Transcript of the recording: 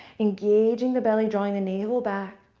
engaging the belly, drawing the navel back.